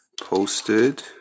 posted